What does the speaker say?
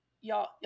y'all